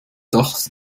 das